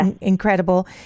incredible